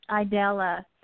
Idella